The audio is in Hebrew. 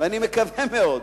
אני מקווה מאוד